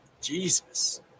Jesus